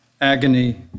agony